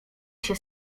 się